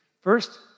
First